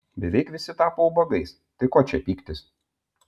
beveik visi tapo ubagais tai ko čia pyktis